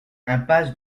impasse